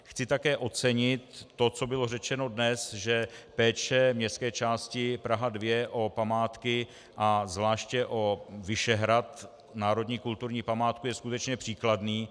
Chci také ocenit to, co bylo řečeno dnes, že péče městské části Praha 2 o památky a zvláště o Vyšehrad, národní kulturní památku, je skutečně příkladný.